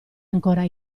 ancora